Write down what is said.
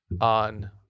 on